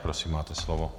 Prosím, máte slovo.